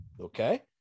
Okay